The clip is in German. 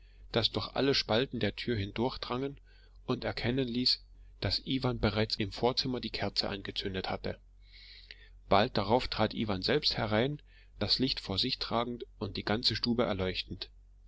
das durch alle spalten der tür hindurchdrang und erkennen ließ daß iwan bereits im vorzimmer die kerze angezündet hatte bald darauf trat iwan selbst herein das licht vor sich tragend und die ganze stube erleuchtend